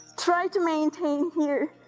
try to maintain here,